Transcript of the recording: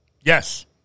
Yes